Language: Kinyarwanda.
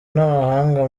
n’abahanga